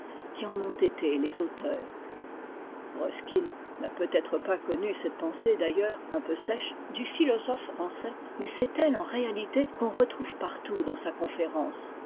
qui en ont été les auteurs ruskin n'a peut-être pas connu cette pensée d'ailleurs un peu sèche du philosophe français mais c'est elle en réalité qu'on retrouve partout dans sa conférence